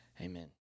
Amen